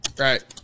Right